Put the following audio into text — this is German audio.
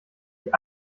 die